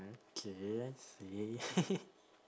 mm K I see